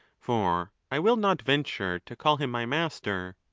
for i will not venture to call him my master.